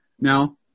Now